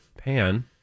pan